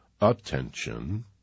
attention